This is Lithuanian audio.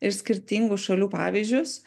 ir skirtingų šalių pavyzdžius